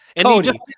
Cody